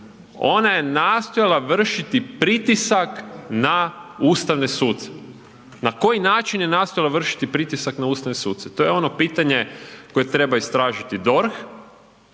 ona je nastojala vršiti pritisak na Ustavne suce, na koji način je nastojala vršiti pritisak na ustavne suce? To je ono pitanje koje treba istražiti DORH.